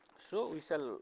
so we shall